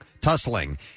tussling